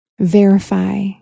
verify